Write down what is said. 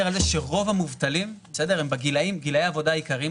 על זה שרוב המובטלים הם בגילאי העבודה העיקריים,